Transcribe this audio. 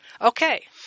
okay